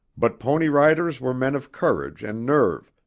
but pony riders were men of courage and nerve,